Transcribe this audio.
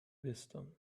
wisdom